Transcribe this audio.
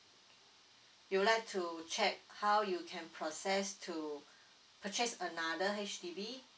you like to check how you can process to purchase another H_D_B